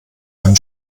einen